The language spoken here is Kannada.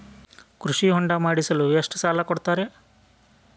ಕೃಷಿ ಹೊಂಡ ಮಾಡಿಸಲು ಎಷ್ಟು ಸಾಲ ಕೊಡ್ತಾರೆ?